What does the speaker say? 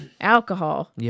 alcohol